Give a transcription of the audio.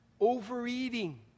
Overeating